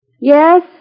Yes